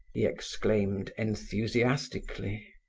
he exclaimed enthusiastically.